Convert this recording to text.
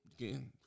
Again